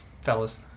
fellas